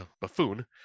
buffoon